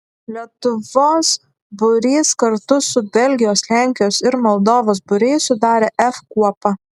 lietuvos būrys kartu su belgijos lenkijos ir moldovos būriais sudarė f kuopą